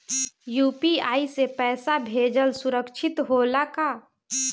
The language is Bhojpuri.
यू.पी.आई से पैसा भेजल सुरक्षित होला का?